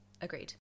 agreed